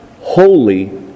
holy